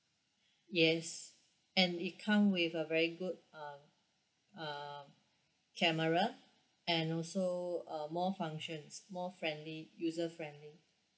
yes and it come with a very good uh uh camera and also uh more functions more friendly user friendly